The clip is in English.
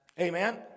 Amen